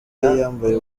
yambaye